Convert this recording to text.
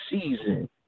season